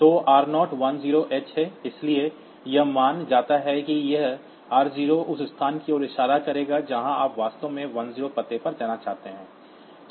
तो r0 10 H है इसलिए यह माना जाता है कि यह r0 उस स्थान की ओर इशारा करेगा जहां आप वास्तव में 10 पते पर जाना चाहते हैं